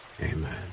amen